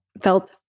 felt